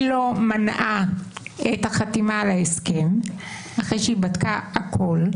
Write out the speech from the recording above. היא לא מנעה את החתימה על ההסכם אחרי שהיא בדקה הכול.